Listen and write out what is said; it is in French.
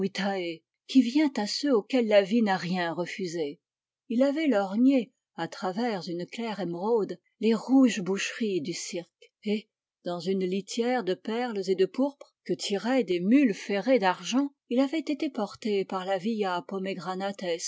qui vient à ceux auxquels la vie n'a rien refusé il avait lorgné à travers une claire émeraude les rouges boucheries du cirque et dans une litière de perles et de pourpre que tiraient des mules ferrées d'argent il avait été porté par la via pomegranates